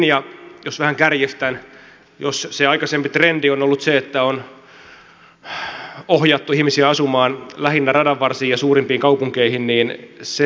ja jos vähän kärjistän niin jos se aikaisempi trendi on ollut se että on ohjattu ihmisiä asumaan lähinnä radanvarsiin ja suurimpiin kaupunkeihin niin se linja kyllä nyt muuttuu